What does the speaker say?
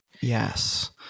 Yes